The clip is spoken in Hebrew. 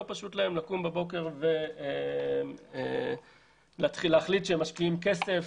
לא פשוט להם לקום בבוקר ולהתחיל להחליט שהם משקיעים כסף